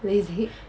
LASIK